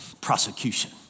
prosecution